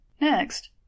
Next